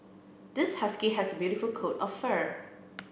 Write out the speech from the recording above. this husky has a beautiful coat of fur